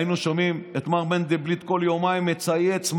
את מר מנדלבליט כל יומיים מצייץ,